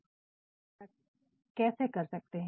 तो हम यह कैसे कर सकते हैं